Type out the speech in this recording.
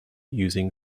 using